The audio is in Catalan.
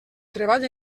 treball